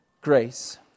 grace